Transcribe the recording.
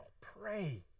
Pray